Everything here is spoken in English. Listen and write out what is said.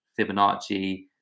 Fibonacci